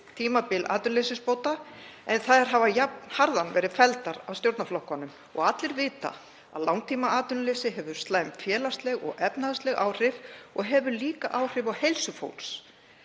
tímabil atvinnuleysisbóta, en þær hafa jafnharðan verið felldar af stjórnarflokkunum. Allir vita að langtímaatvinnuleysi hefur slæm félagsleg og efnahagsleg áhrif og hefur líka áhrif á heilsu fólks.